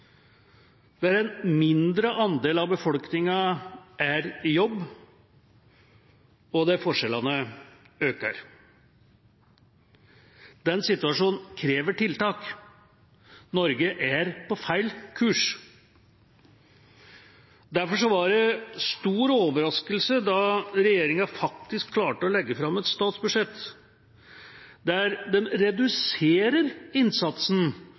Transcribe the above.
en mindre andel av befolkningen er i jobb, og der forskjellene øker. Den situasjonen krever tiltak. Norge er på feil kurs. Derfor var det en stor overraskelse da regjeringa faktisk klarte å legge fram et statsbudsjett der den reduserer innsatsen